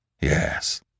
Yes